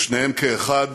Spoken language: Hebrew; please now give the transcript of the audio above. ושניהם כאחד